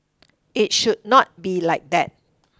it should not be like that